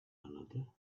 another